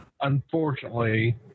unfortunately